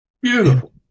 beautiful